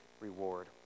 reward